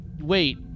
Wait